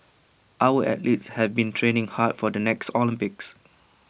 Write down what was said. our athletes have been training hard for the next Olympics